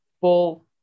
full